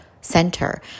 center